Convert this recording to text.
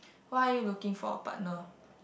what are you looking for a partner